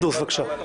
בבקשה.